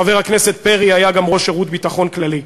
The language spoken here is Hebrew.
חבר הכנסת פרי היה גם ראש שירות הביטחון הכללי,